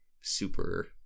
super